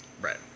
Right